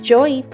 Joy